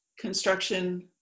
construction